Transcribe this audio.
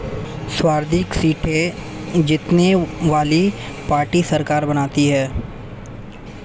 सर्वाधिक सीटें जीतने वाली पार्टी सरकार बनाती है